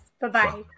Bye-bye